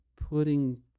putting